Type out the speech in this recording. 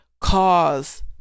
cause